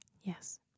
Yes